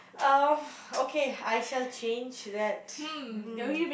uh okay I shall change that mm